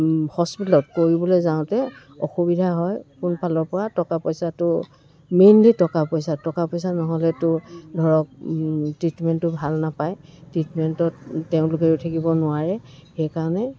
হস্পিটেলত কৰিবলৈ যাওঁতে অসুবিধা হয় কোন ফালৰ পৰা টকা পইচাটো মেইনলি টকা পইচা টকা পইচা নহ'লেতো ধৰক ট্ৰিটমেণ্টটো ভাল নাপায় ট্ৰিটমেণ্টত তেওঁলোকে ৰৈ থাকিব নোৱাৰে সেইকাৰণে